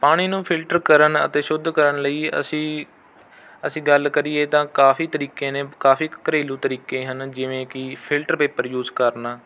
ਪਾਣੀ ਨੂੰ ਫਿਲਟਰ ਕਰਨ ਅਤੇ ਸ਼ੁੱਧ ਕਰਨ ਲਈ ਅਸੀਂ ਅਸੀਂ ਗੱਲ ਕਰੀਏ ਤਾਂ ਕਾਫ਼ੀ ਤਰੀਕੇ ਨੇ ਕਾਫ਼ੀ ਘਰੇਲੂ ਤਰੀਕੇ ਹਨ ਜਿਵੇਂ ਕਿ ਫਿਲਟਰ ਪੇਪਰ ਯੂਸ ਕਰਨਾ